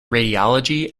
radiology